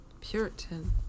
Puritan